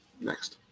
next